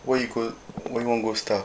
why you go why you want go starve